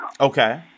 Okay